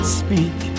speak